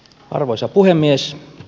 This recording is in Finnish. arvoisa puhemies